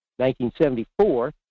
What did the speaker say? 1974